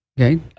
Okay